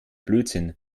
blödsinn